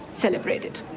celebrated.